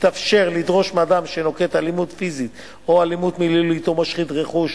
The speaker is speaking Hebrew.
יתאפשר לדרוש מאדם שנוקט אלימות פיזית או אלימות מילולית או משחית רכוש